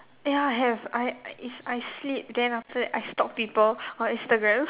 ya have I is I sleep then after that I stalk people on Instagram